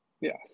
Yes